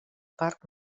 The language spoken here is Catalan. parc